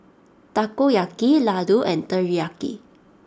Takoyaki Ladoo and Teriyaki